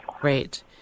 Great